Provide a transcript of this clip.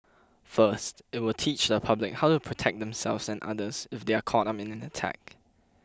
first it will teach the public how to protect themselves and others if they are caught up in an attack